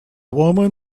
woman